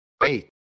wait